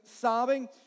sobbing